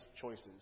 choices